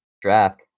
draft